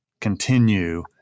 continue